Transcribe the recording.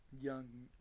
Young